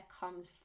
comes